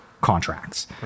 contracts